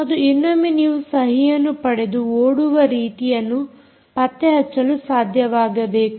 ಮತ್ತು ಇನ್ನೊಮ್ಮೆ ನೀವು ಸಹಿಯನ್ನು ಪಡೆದು ಓಡುವ ರೀತಿಯನ್ನು ಪತ್ತೆಹಚ್ಚಲು ಸಾಧ್ಯವಾಗಬೇಕು